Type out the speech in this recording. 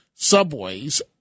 subways